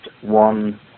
one